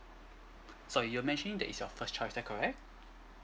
so you're mentioning that is your first child is that correct